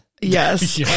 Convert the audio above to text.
yes